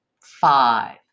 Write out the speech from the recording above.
five